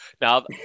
Now